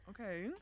Okay